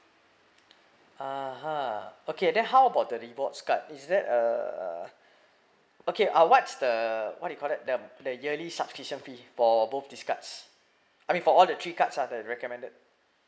uh uh okay then how about the rewards card is that uh uh okay uh what's the what you call that the the yearly subscription fee for both these cards I mean for all the three cards ah the recommended